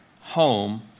home